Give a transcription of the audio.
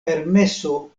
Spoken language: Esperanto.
permeso